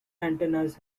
antennas